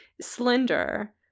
slender